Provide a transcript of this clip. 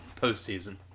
postseason